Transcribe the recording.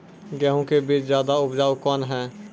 गेहूँ के बीज ज्यादा उपजाऊ कौन है?